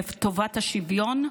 לטובת השוויון,